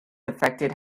affected